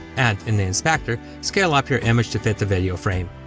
and in the inspector, scale up your image to fit the video frame.